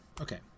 Okay